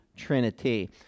trinity